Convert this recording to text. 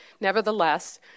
nevertheless